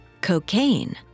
cocaine